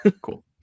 Cool